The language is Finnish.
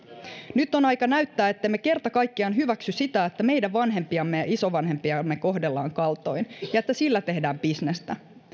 nyt on aika näyttää ettemme kerta kaikkiaan hyväksy sitä että meidän vanhempiamme ja isovanhempiamme kohdellaan kaltoin ja että sillä tehdään bisnestä